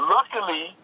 Luckily